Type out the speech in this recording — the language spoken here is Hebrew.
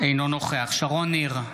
אינו נוכח שרון ניר,